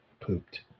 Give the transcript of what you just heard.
pooped